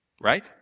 right